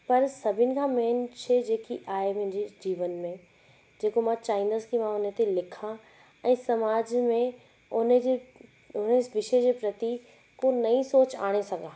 पर सभिनि खां मेन शइ जेकी आहे मुंहिंजी जीवन में जेको मां चाहींदसि कि मां उन ते लिखां ऐं समाज में उन जे उन पेशे जे प्रति को नई सोच आणे सघां